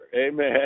Amen